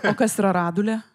o kas yra radulė